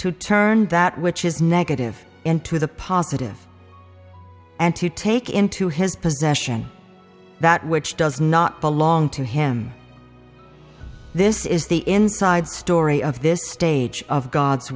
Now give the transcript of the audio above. to turn that which is negative into the positive and to take into his possession that which does not belong to him this is the inside story of this stage of god's